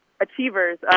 achievers